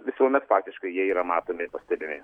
visuomet faktiškai jie yra matomi ir pastebimi